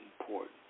important